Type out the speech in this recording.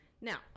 now